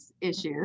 issues